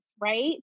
right